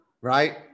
right